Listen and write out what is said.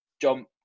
jump